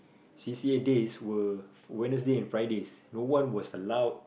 c_c_a days were Wednesday and Fridays no one was allowed